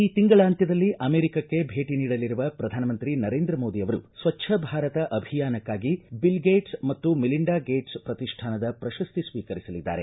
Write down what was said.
ಕ ತಿಂಗಳಾಂತ್ಯದಲ್ಲಿ ಅಮೆರಿಕಕ್ಕೆ ಭೇಟಿ ನೀಡಲಿರುವ ಪ್ರಧಾನಮಂತ್ರಿ ನರೇಂದ್ರ ಮೋದಿ ಅವರು ಸ್ವಚ್ಛ ಭಾರತ ಅಭಿಯಾನಕ್ಕಾಗಿ ಬಿಲ್ಗೇಟ್ಸ್ ಮತ್ತು ಮಿಲಿಂಡಾ ಗೇಟ್ಸ್ ಪ್ರತಿಷ್ಠಾನದ ಪ್ರಶಸ್ತಿ ಸ್ವೀಕರಿಸಲಿದ್ದಾರೆ